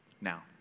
Now